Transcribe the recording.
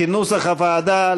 כנוסח הוועדה,